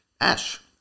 Ash